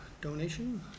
donation